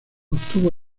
obtuvo